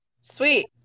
Sweet